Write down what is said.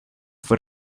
fue